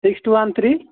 six two one three